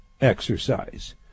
exercise